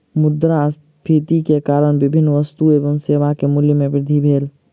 मुद्रास्फीति के कारण विभिन्न वस्तु एवं सेवा के मूल्य में वृद्धि भेल